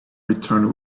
returned